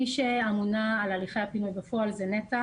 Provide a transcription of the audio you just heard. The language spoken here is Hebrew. מי שאמונה על הליכי הפינוי בפועל זה נת"ע